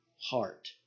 heart